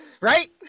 Right